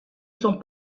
sont